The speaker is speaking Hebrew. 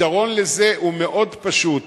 הפתרון לזה הוא מאוד פשוט.